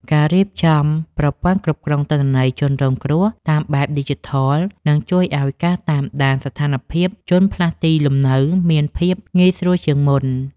ការរៀបចំប្រព័ន្ធគ្រប់គ្រងទិន្នន័យជនរងគ្រោះតាមបែបឌីជីថលនឹងជួយឱ្យការតាមដានស្ថានភាពជនផ្លាស់ទីលំនៅមានភាពងាយស្រួលជាងមុន។